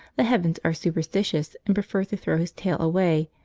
the heavens are superstitious and prefer to throw his tail away,